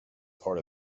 part